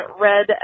red